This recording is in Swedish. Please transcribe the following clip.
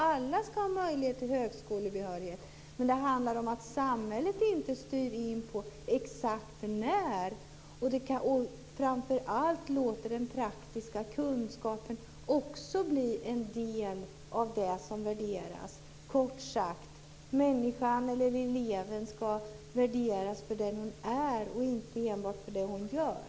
Alla ska ha möjlighet till högskolebehörighet, men det handlar om att samhället inte styr in på exakt när. Framför allt handlar det om att man låter den praktiska kunskapen också bli en del av det som värderas. Kort sagt: Eleven ska värderas för den hon är, och inte enbart för det hon gör.